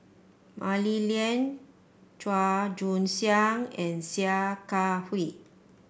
Mah Li Lian Chua Joon Siang and Sia Kah Hui